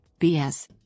BS